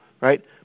right